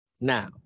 Now